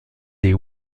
des